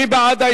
מי בעד?